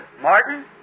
Martin